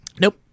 Nope